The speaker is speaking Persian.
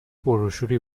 بروشوری